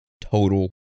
total